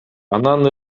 анан